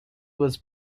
was